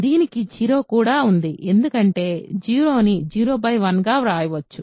దీనికి 0 కూడా ఉంది ఎందుకంటే 0ని 0 1గా భావించవచ్చు